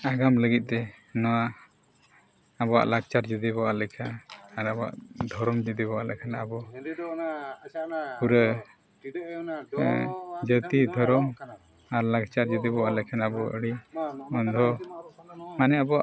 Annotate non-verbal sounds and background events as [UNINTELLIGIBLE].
ᱟᱜᱟᱢ ᱞᱟᱹᱜᱤᱫᱛᱮ ᱱᱚᱣᱟ ᱟᱵᱚᱣᱟᱜ ᱞᱟᱠᱪᱟᱨ ᱡᱩᱫᱤ ᱵᱚ ᱟᱫ ᱞᱮᱠᱷᱟᱱ ᱟᱨ ᱟᱵᱚᱣᱟᱜ ᱫᱷᱚᱨᱚᱢ ᱡᱩᱫᱤ ᱵᱚ ᱟᱫ ᱞᱮᱠᱷᱟᱱ ᱟᱵᱚ ᱯᱩᱨᱟᱹ ᱡᱟᱹᱛᱤ ᱫᱷᱚᱨᱚᱢ ᱟᱨ ᱞᱟᱠᱪᱟᱨ ᱡᱩᱫᱤ ᱵᱚ ᱟᱫ ᱞᱮᱠᱷᱟᱱ ᱟᱵᱚ [UNINTELLIGIBLE] ᱟᱹᱰᱤ ᱢᱟᱱᱮ ᱟᱵᱚᱣᱟᱜ